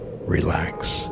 relax